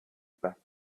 back